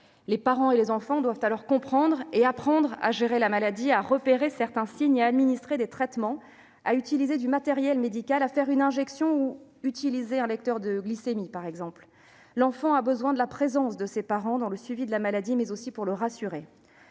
Les parents et les enfants doivent alors comprendre la maladie et apprendre à la gérer, à repérer certains signes, à administrer des traitements, à utiliser du matériel médical, par exemple à faire une injection ou à utiliser un lecteur de glycémie. L'enfant a besoin de la présence de ses parents pour le suivi de la maladie, mais aussi pour le rassurer.